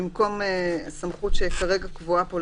שבמקום הסמכות שכרגע קבועה פה,